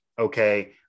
okay